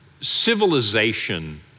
civilization